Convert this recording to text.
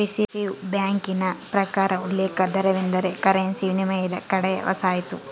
reserve ಬ್ಯಾಂಕಿನ ಪ್ರಕಾರ ಉಲ್ಲೇಖ ದರವೆಂದರೆ ಕರೆನ್ಸಿ ವಿನಿಮಯದ ಕಡೆಯ ವಸಾಹತು